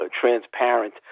transparent